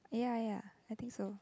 ya ya I think so